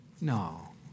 No